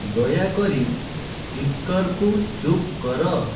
ଦୟାକରି ସ୍ପିକରକୁ ଚୁପ୍ କର